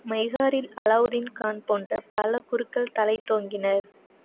மைஹாரில் அலாவுதீன் கான் போன்ற பல குருக்கள் தழைத்தோங்கினர்